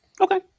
Okay